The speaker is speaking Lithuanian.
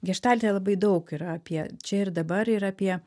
geštalte labai daug yra apie čia ir dabar ir apie